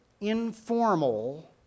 informal